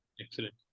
excellent